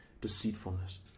deceitfulness